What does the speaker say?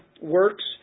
works